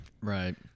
Right